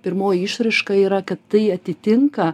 pirmoji išraiška yra kad tai atitinka